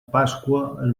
pasqua